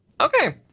Okay